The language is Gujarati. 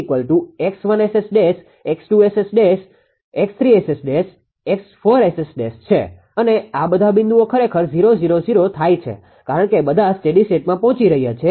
ધારો કે અહી 𝑋𝑆𝑆̇𝑥1𝑆𝑆̇ 𝑥2𝑆𝑆̇ 𝑥3𝑆𝑆̇ 𝑥4𝑆𝑆̇ છે અને આ બધા બિંદુઓ ખરેખર 0 0 0 0 થાય છે કારણ કે બધા સ્ટેડી સ્ટેટમાં પહોચી રહ્યા છે